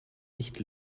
nicht